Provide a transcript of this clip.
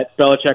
Belichick